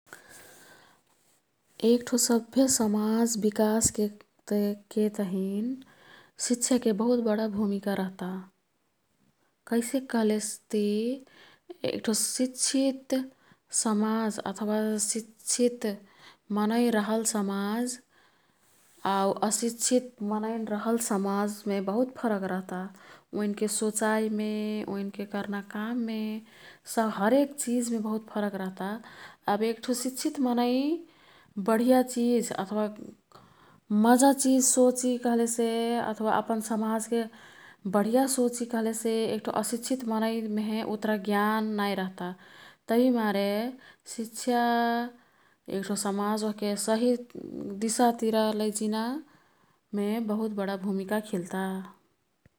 एक्ठो सभ्य समाज विकासके तहिन शिक्षाके बहुत बडा भूमिका रह्ता। कैसेक कह्लेसती एक्ठो शिक्षित समाज अथवा शिक्षित मनै रहल समाज आउ अशिक्षित मनै रहल समाजमे बहुत फरक रह्ता। ओईनके सोचाईमे ,ओईन्के कर्ना काममे हरेक चिज मे बहुत फरक रह्ता। अब एक्ठो शिक्षित मनै बढिया चिज अथवा मजा चिज सोची कह्लेसे अथवा अपन समाजके बढिया सोची कह्लेसे ,एक्ठो अशिक्षित मनैन् मेहे उत्ना ज्ञान नै रह्ता। तभिमारे शिक्षा एक्ठो समाज ओह्के सहि दिशातिरा लैजिनामे बहुत बडा भूमिका खिल्ता।